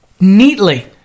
neatly